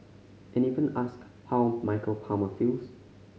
and even asked how Michael Palmer feels